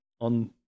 on